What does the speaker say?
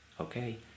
Okay